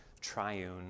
triune